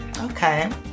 okay